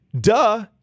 duh